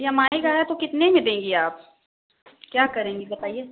E M I का है तो कितने में देंगी आप क्या करेंगी बताइए